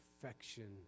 perfection